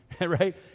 right